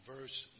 verse